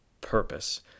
purpose